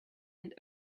and